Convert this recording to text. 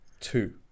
Two